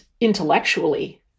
intellectually